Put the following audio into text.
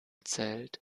zählt